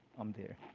i'm there.